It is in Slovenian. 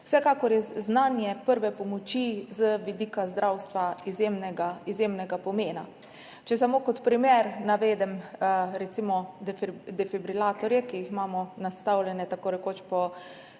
Vsekakor je znanje prve pomoči z vidika zdravstva izjemnega pomena. Če samo kot primer navedem recimo defibrilatorje, ki jih imamo nastavljene tako rekoč po